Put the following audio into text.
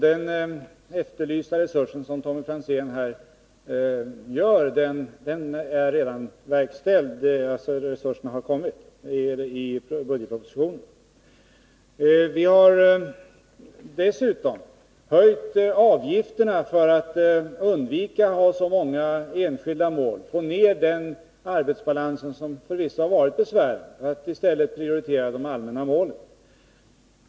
Den resurs som Tommy Franzén efterlyser finns redan med i budgetpropositionen. Vi har dessutom höjt avgifterna för att undvika att antalet enskilda mål blir så stort, för att försöka komma till rätta med den arbetsbalans som förvisso har varit besvärande. I stället prioriterar vi de allmänna målen.